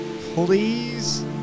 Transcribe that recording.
Please